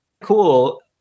cool